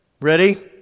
Ready